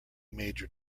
major